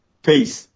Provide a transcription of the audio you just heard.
Peace